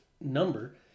number